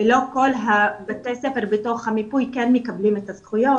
לא כל בתי הספר בתוך המיפוי כן מקבלים את הזכויות.